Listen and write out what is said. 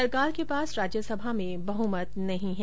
सरकार के पास राज्यसभा में बहमत नहीं है